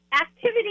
activity